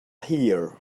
here